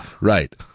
right